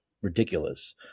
Ridiculous